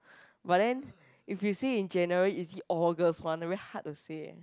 but then if you say in general is it all girls one very to say eh